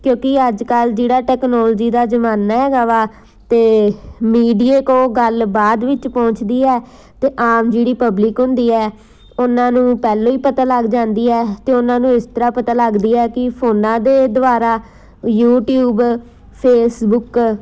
ਕਿਉਂਕਿ ਅੱਜ ਕੱਲ੍ਹ ਜਿਹੜਾ ਟੈਕਨੋਲਜੀ ਦਾ ਜ਼ਮਾਨਾ ਹੈਗਾ ਵਾ ਅਤੇ ਮੀਡੀਏ ਕੋਲ ਗੱਲ ਬਾਅਦ ਵਿੱਚ ਪਹੁੰਚਦੀ ਹੈ ਅਤੇ ਆਮ ਜਿਹੜੀ ਪਬਲਿਕ ਹੁੰਦੀ ਹੈ ਉਹਨਾਂ ਨੂੰ ਪਹਿਲਾਂ ਹੀ ਪਤਾ ਲੱਗ ਜਾਂਦੀ ਹੈ ਅਤੇ ਉਹਨਾਂ ਨੂੰ ਇਸ ਤਰ੍ਹਾਂ ਪਤਾ ਲੱਗਦੀ ਹੈ ਕਿ ਫੋਨਾਂ ਦੇ ਦੁਆਰਾ ਯੂਟੀਊਬ ਫੇਸਬੁੱਕ